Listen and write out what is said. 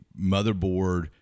motherboard